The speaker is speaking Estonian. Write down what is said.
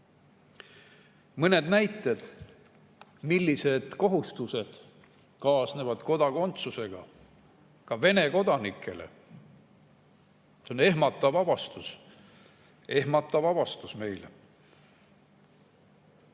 olema. Mõned näited, millised kohustused kaasnevad kodakondsusega ka Vene kodanikele. See on ehmatav avastus – ehmatav avastus meile.